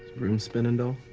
room spinning, doll?